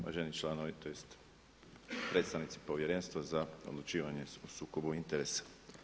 Uvaženi članovi tj. predstavnici Povjerenstva za odlučivanje o sukobu interesa.